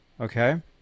okay